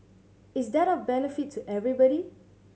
is that of benefit to everybody